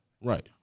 Right